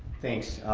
thanks.